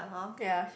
ya